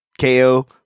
KO